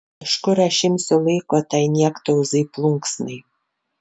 iš kur aš imsiu laiko tai niektauzai plunksnai